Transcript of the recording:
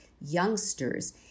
youngsters